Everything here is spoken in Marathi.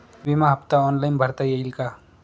विमा हफ्ता ऑनलाईन भरता येईल का?